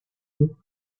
took